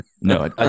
no